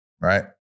right